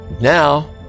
now